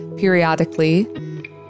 periodically